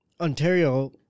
Ontario